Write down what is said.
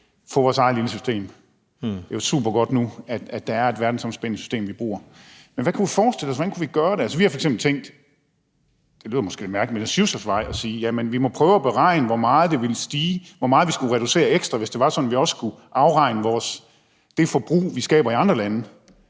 kan få vores eget lille system. Det er jo super godt, at der er et verdensomspændende system, vi bruger. Men hvad kunne vi forestille os? Hvordan kunne vi gøre det? Altså, vi har f.eks. tænkt – det lyder måske lidt mærkeligt – at sjusse os frem og sige, at vi må prøve at beregne, hvor meget det ville stige, i forhold til hvor meget vi skulle reducere ekstra, hvis det var sådan, at vi også skulle afregne det forbrug, vi skaber i andre lande.